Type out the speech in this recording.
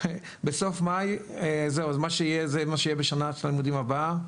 בסוף מאי מה שיהיה זה מה שיהיה בשנת הלימודים הבאה.